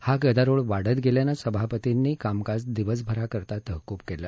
हा गदारोळ वाढत गेल्यानं सभापतींनी कामकाज दिवसभरासाठी तहकूब केलं